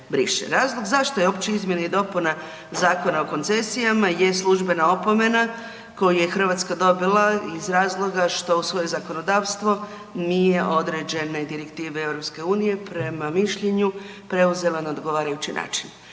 Razlog zašto je uopće izmjena i dopuna Zakona o koncesijama je službena opomena koju je Hrvatska dobila iz razloga što u svoje zakonodavstvo nije određene direktive EU-a prema mišljenju, preuzela na odgovarajući način